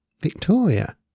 Victoria